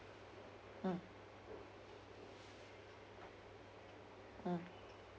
mm mm